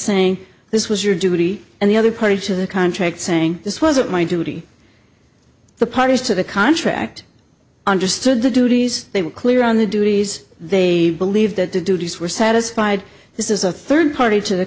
saying this was your duty and the other party to the contract saying this wasn't my duty the parties to the contract understood the duties they were clear on the duties they believed that the duties were satisfied this is a third party to the